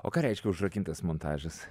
o ką reiškia užrakintas montažas